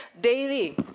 daily